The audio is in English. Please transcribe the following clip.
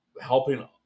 helping